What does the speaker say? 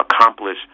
accomplish